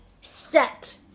set